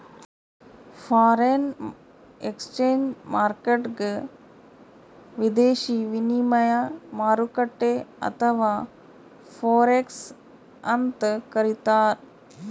foreign exchange ಮಾರ್ಕೆಟ್ಗ್ ವಿದೇಶಿ ವಿನಿಮಯ ಮಾರುಕಟ್ಟೆ ಅಥವಾ ಫೋರೆಕ್ಸ್ ಅಂತ್ ಕರಿತಾರ್